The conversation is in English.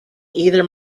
either